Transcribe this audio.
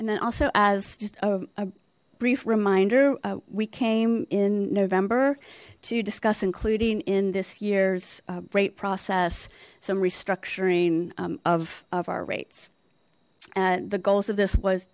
and then also as just a brief reminder we came in november to discuss including in this year's rate process some restructuring of of our rates and the goals of this was